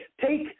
take